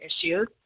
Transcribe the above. issues